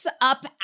up